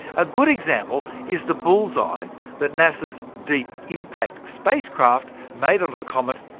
a good example is the bull's eye that nasa's deep impact spacecraft made onto the comet,